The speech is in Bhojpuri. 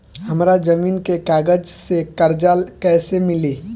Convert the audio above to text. हमरा जमीन के कागज से कर्जा कैसे मिली?